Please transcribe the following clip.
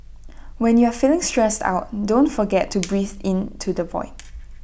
when you are feeling stressed out don't forget to breathe into the void